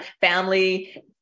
family